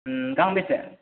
गांबेसे